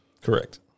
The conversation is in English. Correct